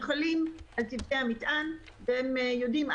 הם חלים על צוות המטען ויודעים,